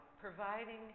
providing